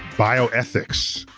bioethics,